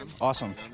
Awesome